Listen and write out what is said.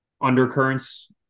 undercurrents